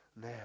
now